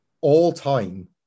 all-time